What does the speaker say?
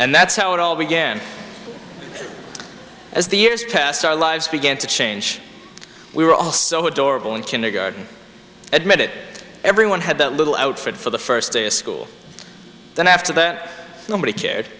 and that's how it all began as the years pass our lives began to change we were all so adorable in kindergarten admit it everyone had that little outfit for the first day of school then after that nobody cared